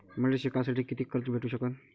मले शिकासाठी कितीक कर्ज भेटू सकन?